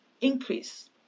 increase